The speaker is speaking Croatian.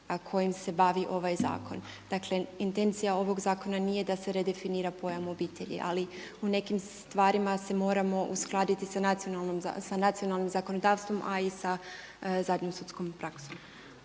kojim se bavi ovaj zakon. Dakle, intencija ovog zakona nije da se redefinira pojam obitelji, ali u nekim stvarima se moramo uskladiti sa nacionalnim zakonodavstvom, a i sa zadnjom sudskom praksom.